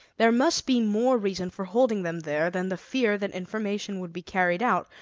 there must be more reason for holding them there than the fear that information would be carried out,